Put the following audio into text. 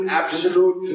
absolute